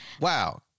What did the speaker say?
wow